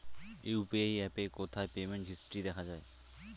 UPI অ্যাপে কোথায় payment history দেখা যায়?